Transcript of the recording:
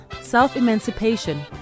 self-emancipation